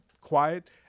quiet